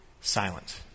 silent